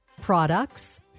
products